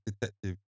detective